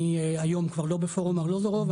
אני כבר לא בפורום ארלוזורוב.